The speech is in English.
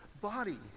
body